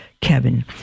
Kevin